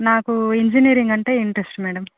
నాకు ఇంజనీరింగ్ అంటే interest madam